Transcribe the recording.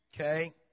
Okay